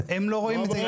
אז הם לא רואים את זה,